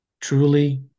truly